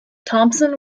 thompson